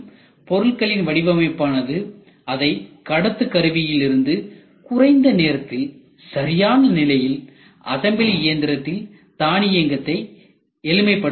பொருட்களின் வடிவமைப்பானது அதை கடத்துகருவியிலிருந்து குறைந்த நேரத்தில் சரியான நிலையில் அசம்பிளி இயந்திரத்தில் தானியக்கத்தை எளிமைப்படுத்த வேண்டும்